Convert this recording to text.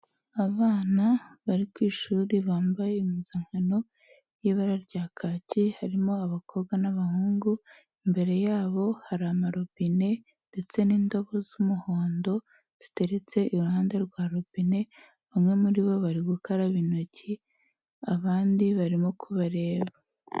Abana bari ku ishuri, bambaye impuzankano y'ibara rya kaki, harimo abakobwa n'abahungu, imbere yabo hari ama robine ndetse n'indobo z'umuhondo ziteretse iruhande rwa robine bamwe muri bo bari gukaraba intoki, abandi barimo kubareba.